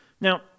Now